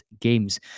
Games